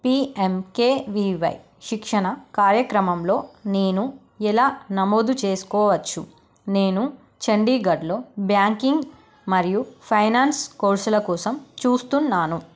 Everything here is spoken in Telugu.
P M K V Y శిక్షణ కార్యక్రమంలో నేను ఎలా నమోదు చేసుకోవచ్చు నేను చండీగఢ్లో బ్యాంకింగ్ మరియు ఫైనాన్స్ కోర్సుల కోసం చూస్తున్నాను